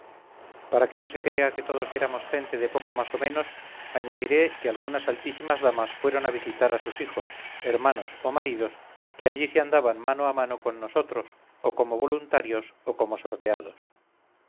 para que no se crea que todos éramosgente de poco más o menos añadiré que algunas altísimas damas fueron a visitar a sus hijos hermanos o maridos que allí se andaban mano a mano con nosotros o como voluntarios o como sorteados